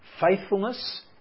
faithfulness